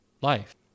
life